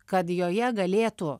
kad joje galėtų